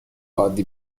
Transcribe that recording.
عادی